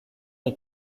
les